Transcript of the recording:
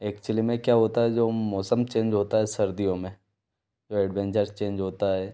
actually में क्या होता है जब मौसम चेंज होता है सर्दियों में एडवेंजर्ज़ चेंज होता है